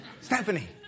Stephanie